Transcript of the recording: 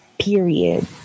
period